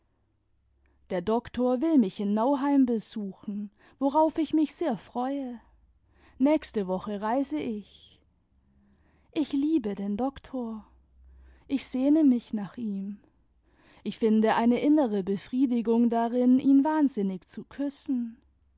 der doktor will mich in nauheim besuchen worauf ich mich sehr freue nächste woche reise ich ich liebe den doktor ich sehne mich nach ihm ich finde eine innere befriedigung darin ihn wahnsinnig zu küssen